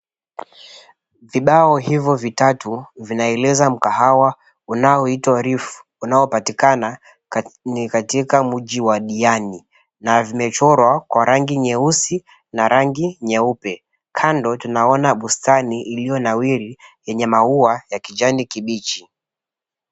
Vibao hivo vitatu vinaeleza mkahawa unaoitwa Reef unaopatikana katika Mji wa Diani na imechorwa Kwa rangi nyeusi na rangi nyeupe, kando tunaona bustani iliyo nawiri yenye maua ya kijani kibichi.